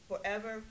forever